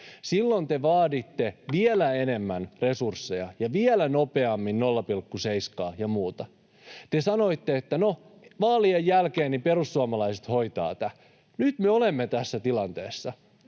Silloin te vaaditte vielä enemmän resursseja ja vielä nopeammin 0,7:ää ja muuta. Te sanoitte, että vaalien jälkeen perussuomalaiset hoitavat tämän. Nyt me olemme tässä tilanteessa.